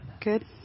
Good